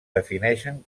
defineixen